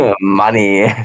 Money